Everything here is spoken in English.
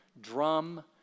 drum